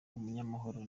umunyamahoro